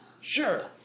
Sure